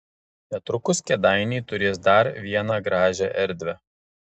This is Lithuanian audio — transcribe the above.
netrukus kėdainiai turės dar vieną gražią erdvę